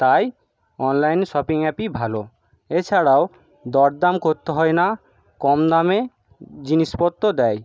তাই online shopping অ্যাপই ভালো এছাড়াও দরদাম করতে হয় না কম দামে জিনিসপত্র দেয়